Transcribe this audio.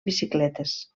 bicicletes